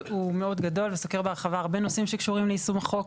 הוא מאוד גדול וסוקר בהרחבה הרבה נושאים שקשורים ליישום החוק,